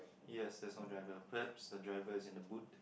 yes there's no driver perhaps the driver is in the boot